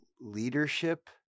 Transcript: leadership